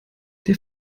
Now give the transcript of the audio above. der